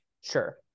sure